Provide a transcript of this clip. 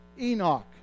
Enoch